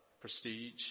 prestige